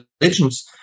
religions